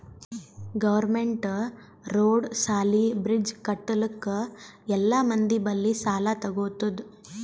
government road, ಸಾಲಿ, bridge ಕಟ್ಟಲುಕ್ ಎಲ್ಲಾ ಮಂದಿ ಬಲ್ಲಿ ಸಾಲಾ ತಗೊತ್ತುದ್